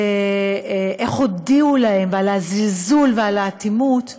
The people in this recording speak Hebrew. ואיך הודיעו להם, ועל הזלזול ועל האלימות,